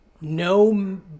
no